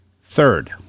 Third